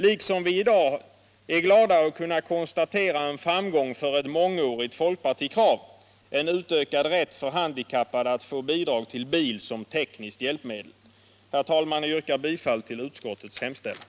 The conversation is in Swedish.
Vi är i dag glada att kunna konstatera en framgång för ett mångårigt folkpartikrav: en utökad rätt för handikappade att få bidrag till bil som tekniskt hjälpmedel. Herr talman! Jag yrkar bifall till utskottets hemställan.